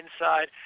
inside